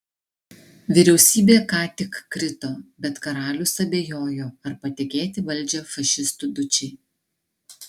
vyriausybė ką tik krito bet karalius abejojo ar patikėti valdžią fašistų dučei